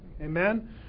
Amen